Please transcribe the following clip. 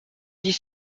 dix